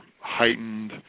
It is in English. heightened